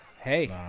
hey